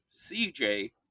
CJ